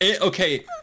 Okay